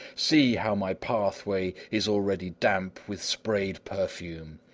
see how my pathway is already damp with sprayed perfume!